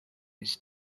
its